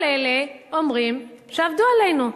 כל אלה אומרים שעבדו עלינו.